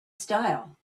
style